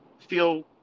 feel